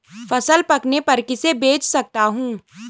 फसल पकने पर किसे बेच सकता हूँ?